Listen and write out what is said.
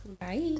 Bye